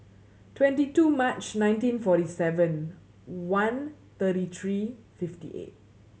twenty two March nineteen forty seven one thirty three fifty eight